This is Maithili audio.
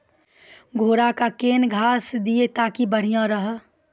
घोड़ा का केन घास दिए ताकि बढ़िया रहा?